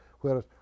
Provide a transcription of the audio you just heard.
whereas